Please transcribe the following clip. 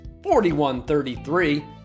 41-33